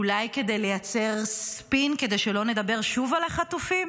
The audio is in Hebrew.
אולי כדי לייצר ספין כדי שלא נדבר שוב על החטופים?